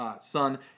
son